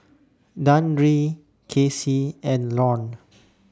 Dandre Casey and Lorne